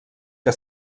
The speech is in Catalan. que